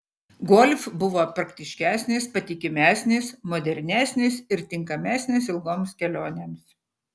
golf buvo praktiškesnis patikimesnis modernesnis ir tinkamesnis ilgoms kelionėms